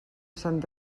sant